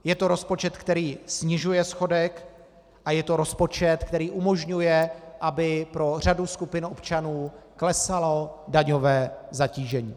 Je to rozpočet, který snižuje schodek, a je to rozpočet, který umožňuje, aby pro řadu skupin občanů klesalo daňové zatížení.